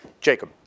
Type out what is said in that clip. Jacob